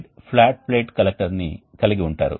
ఈ 2 వాహికల ద్వారా వ్యతిరేక దిశలో ప్రవాహం జరుగుతోంది